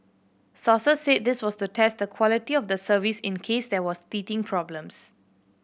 sources said this was to test the quality of the service in case there was teething problems